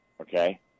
Okay